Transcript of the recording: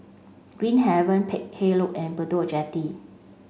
Green Haven Peck Hay Road and Bedok Jetty